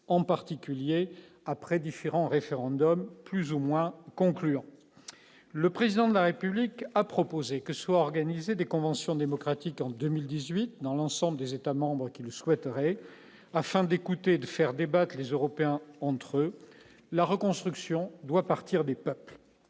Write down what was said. en particulier après différents référendums plus ou moins conclure, le président de la République a proposé que soient organisées des conventions démocratiques en 2018 dans l'ensemble des membres qui le souhaiteraient, afin d'écouter, de faire débat, que les Européens ont neutre la reconstruction doit partir du pape,